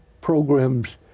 programs